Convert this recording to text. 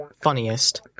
Funniest